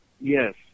Yes